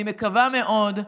אני מקווה מאוד,